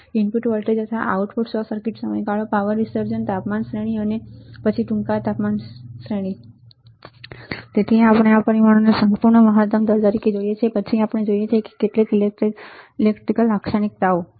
input voltage અથવા output short circuit સમયગાળો power વીસર્જન તાપમાન શ્રેણી અને પછી ટૂંકા તાપમાન શ્રેણી તેથી આપણે આ પરિમાણોને સંપૂર્ણ મહત્તમ દર તરીકે જોઈએ છીએ તે પછી આપણે જોઈએ છીએ ઇલેક્ટ્રિકલ લાક્ષણિકતાઓ બરાબર સંપૂર્ણ મહત્તમ દર TA 25 C પરિમાણ પ્રતીક મૂલ્ય LM741CLM741I એકમ MIN TYP